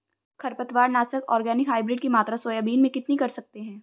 खरपतवार नाशक organic hybrid की मात्रा सोयाबीन में कितनी कर सकते हैं?